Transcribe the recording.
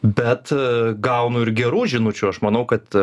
bet gaunu ir gerų žinučių aš manau kad